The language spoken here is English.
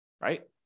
right